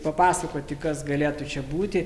papasakoti kas galėtų čia būti